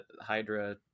Hydra